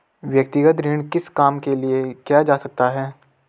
व्यक्तिगत ऋण किस काम के लिए किया जा सकता है?